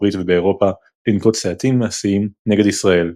הברית ובאירופה "לנקוט צעדים מעשיים נגד ישראל",